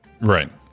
Right